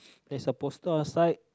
there's a bookstore inside